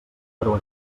però